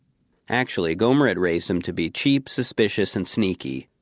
actually, gomer had raised him to be cheap, suspicious, and sneaky.